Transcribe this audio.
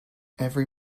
every